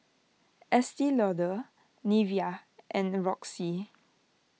Estee Lauder Nivea and Roxy